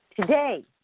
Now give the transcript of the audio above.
Today